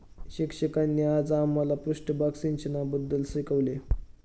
शिक्षकांनी आज आम्हाला पृष्ठभाग सिंचनाबद्दल शिकवले